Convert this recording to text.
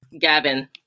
Gavin